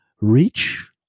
reach